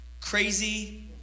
crazy